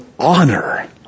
honor